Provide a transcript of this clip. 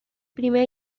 primer